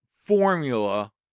Formula